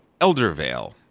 Eldervale